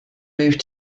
moved